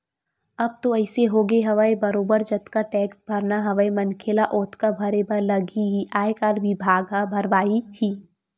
अब तो अइसे होगे हवय बरोबर जतका टेक्स भरना हवय मनखे ल ओतका भरे बर लगही ही आयकर बिभाग ह भरवाही ही